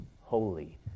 holy